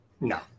No